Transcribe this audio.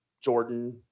Jordan